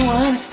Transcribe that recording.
one